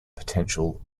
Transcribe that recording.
potential